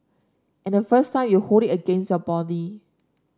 and the first time you hold it against your body